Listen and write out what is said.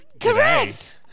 correct